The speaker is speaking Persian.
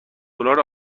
دلار